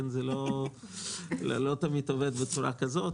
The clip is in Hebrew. זה לא תמיד עובד בצורה כזאת,